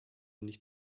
nicht